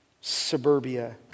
suburbia